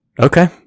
Okay